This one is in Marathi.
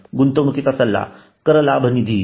गुंतवणुकीचा सल्ला कर लाभ निधी इ